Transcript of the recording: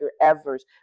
Evers